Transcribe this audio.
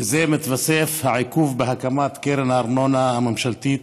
לזה מתווסף העיכוב בהקמת קרן הארנונה הממשלתית.